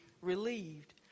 relieved